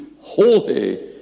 holy